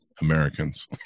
Americans